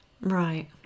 Right